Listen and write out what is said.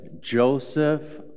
Joseph